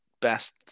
best